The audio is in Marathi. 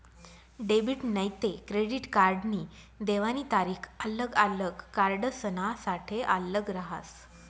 डेबिट नैते क्रेडिट कार्डनी देवानी तारीख आल्लग आल्लग कार्डसनासाठे आल्लग रहास